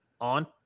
on